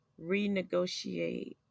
renegotiate